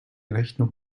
rechnung